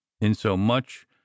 insomuch